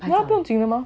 yeah 不用紧的 mah